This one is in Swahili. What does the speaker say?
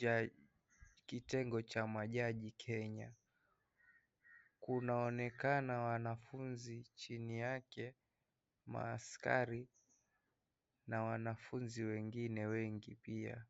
haki, kitengo cha majaji Kenya . Kinaonekana wanafunzi chini yake, maaskari na wanafunzi wengine wengi pia.